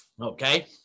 Okay